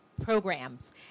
programs